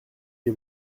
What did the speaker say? des